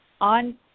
on